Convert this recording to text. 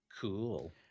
cool